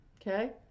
Okay